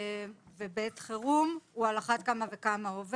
ועובד בחירום על אחת כמה וכמה,